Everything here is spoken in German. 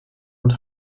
und